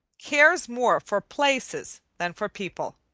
cares more for places than for people.